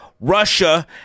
Russia